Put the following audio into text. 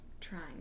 trying